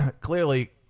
clearly